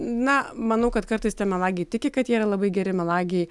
na manau kad kartais tie melagiai tiki kad jie yra labai geri melagiai